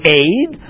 aid